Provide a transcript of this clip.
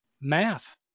Math